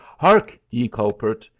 hark ye, culprit!